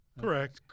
correct